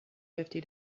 fifty